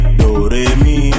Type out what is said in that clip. doremi